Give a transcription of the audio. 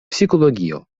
psikologio